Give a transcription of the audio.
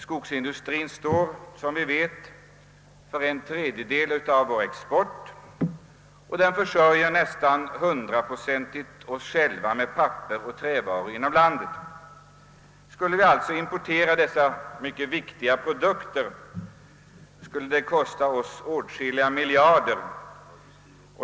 Skogsindustrien står som vi vet för en tredjedel av vår export och den försörjer nästan hundraprocentigt oss själva med papper och trävaror inom landet. Skulle vi importera dessa mycket viktiga produkter, skulle det kosta oss åtskilliga miljarder.